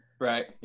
right